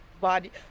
body